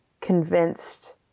convinced